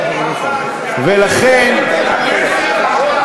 ולכן, המסר עבר.